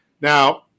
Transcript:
now